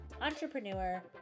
entrepreneur